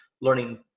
learning